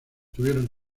tuvieron